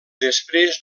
després